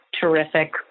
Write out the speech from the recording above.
terrific